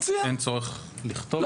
אין צורך לכתוב.